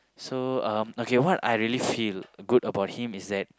so um okay what I really feel good about him is that